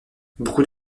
beaucoup